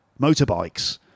motorbikes